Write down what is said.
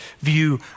view